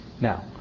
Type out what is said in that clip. now